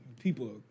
people